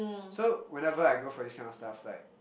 so whenever I go for this kind of stuff like